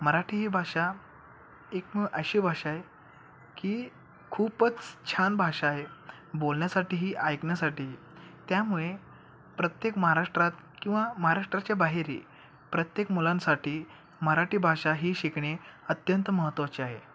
मराठी ही भाषा एक अशी भाषा आहे की खूपच छान भाषा आहे बोलण्यासाठीही ऐकण्यासाठीही त्यामुळे प्रत्येक महाराष्ट्रात किंवा महाराष्ट्राच्या बाहेरही प्रत्येक मुलांसाठी मराठी भाषा ही शिकणे अत्यंत महत्त्वाची आहे